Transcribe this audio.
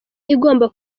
igomba